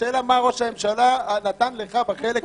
השאלה היא מה ראש הממשלה נתן לך בחלק שלך.